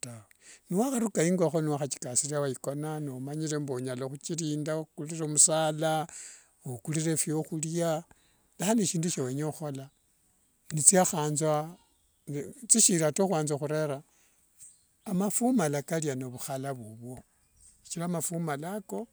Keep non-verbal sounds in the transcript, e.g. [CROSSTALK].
tawe niwaharuka ingokho niwakhathikasiria wathikona nomanyire mbu onyala huchirinda okurire musala okurire fyohuria yaani sindu siawenya hukhola nesiehanza [HESITATION] thirishi ata huanza hurera, amaphumala kalia n vhuhala vuvwo sithira maphumala ako.